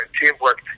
teamwork